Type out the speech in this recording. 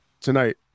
tonight